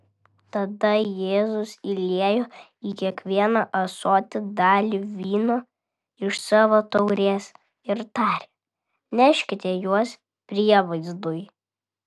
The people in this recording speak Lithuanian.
tada jėzus įliejo į kiekvieną ąsotį dalį vyno iš savo taurės ir tarė neškite juos prievaizdui